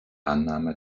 annahme